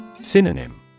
Synonym